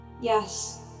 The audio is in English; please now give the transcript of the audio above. Yes